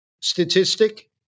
statistic